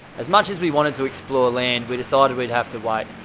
as much as we wanted to explore land we decided we'd have to like